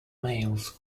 males